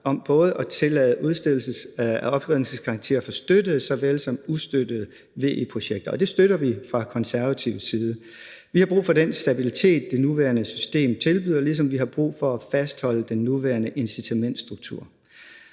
udstedelses- og oprindelsesgarantier for både støttede og ustøttede VE-projekter. Det støtter vi fra Konservatives side. Vi har brug for den stabilitet, det nuværende system tilbyder, ligesom vi har brug for at fastholde den nuværende incitamentsstruktur.